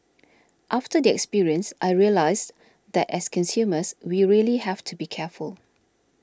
after the experience I realised that as consumers we really have to be careful